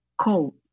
Cold